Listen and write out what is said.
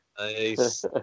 Nice